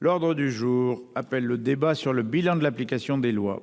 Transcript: L'ordre du jour appelle le débat sur le bilan de l'application des lois.